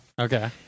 Okay